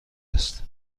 است